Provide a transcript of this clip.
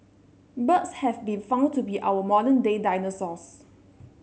birds have been found to be our modern day dinosaurs